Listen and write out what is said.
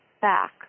back